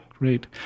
Great